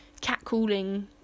catcalling